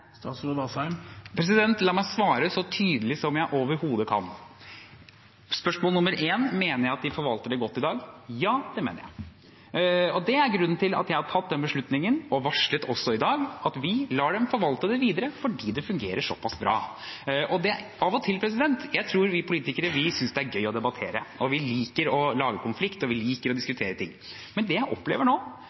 La meg svare så tydelig som jeg overhodet kan. Spørsmål nr. 1: Mener jeg at de forvalter det godt i dag? Ja, det mener jeg. Og det er grunnen til at jeg har tatt denne beslutningen og varslet i dag at vi lar dem forvalte det videre, for det fungerer såpass bra. Jeg tror vi politikere synes det er gøy å debattere, vi liker å lage konflikt og liker å diskutere. Det jeg opplever nå,